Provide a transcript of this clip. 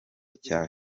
cya